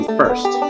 first